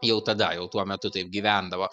jau tada jau tuo metu taip gyvendavo